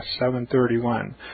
7.31